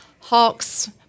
Hawks